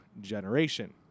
generation